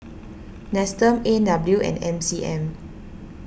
Nestum A and W and M C M